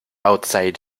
outside